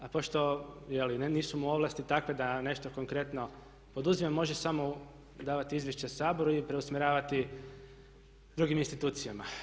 A pošto nisu mu ovlasti takve da nešto konkretno poduzima može samo predavati izvješća Saboru i preusmjeravati drugim institucijama.